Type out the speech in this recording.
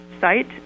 site